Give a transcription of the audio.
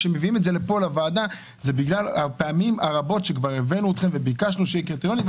לוועדה זה בגלל הפעמים הרבות שכבר ביקשנו מכם יהיו קריטריונים,